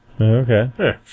Okay